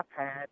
iPad